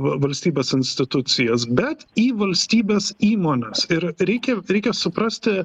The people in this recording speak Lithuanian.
va valstybės institucijas bet į valstybės įmones ir reikia reikia suprasti